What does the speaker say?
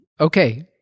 Okay